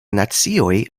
nacioj